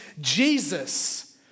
Jesus